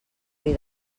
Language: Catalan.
bri